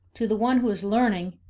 to the one who is learning,